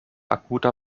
akuter